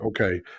okay